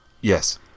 Yes